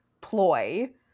ploy